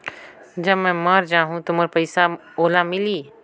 जब मै मर जाहूं तो मोर पइसा ओला मिली?